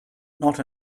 not